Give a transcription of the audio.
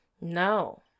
No